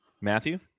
Matthew